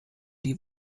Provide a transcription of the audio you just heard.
die